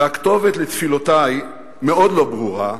והכתובת לתפילותי מאוד לא ברורה.